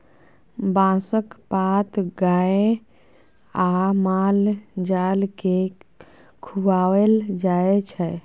बाँसक पात गाए आ माल जाल केँ खुआएल जाइ छै